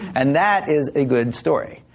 and that is a good story.